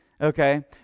Okay